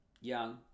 Young